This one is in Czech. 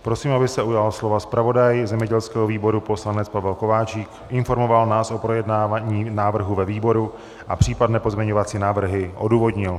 Prosím, aby se slova ujal zpravodaj zemědělského výboru poslanec Pavel Kováčik a informoval nás o projednávání návrhu ve výboru a případné pozměňovací návrhy odůvodnil.